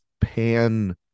pan